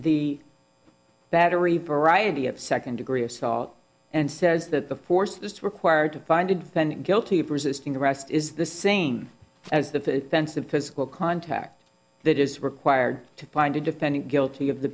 the battery pariah d of second degree assault and says that the force is required to find a defendant guilty of resisting arrest is the same as the sense of physical contact that is required to bind a defendant guilty of the